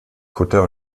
kutter